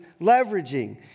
leveraging